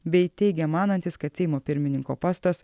bei teigė manantis kad seimo pirmininko postas